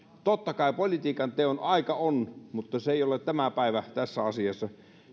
totta kai politiikan teon aika on mutta se ei ole tämä päivä tässä asiassa